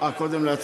קודם נצביע.